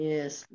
Yes।